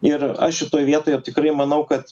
ir aš šitoj vietoje tikrai manau kad